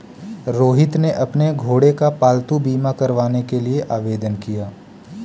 रोहित ने अपने घोड़े का पालतू बीमा करवाने के लिए आवेदन किया